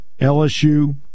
LSU